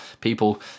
people